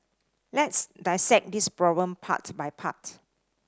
let's dissect this problem part by part